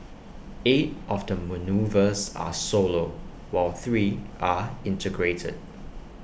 eight of the manoeuvres are solo while three are integrated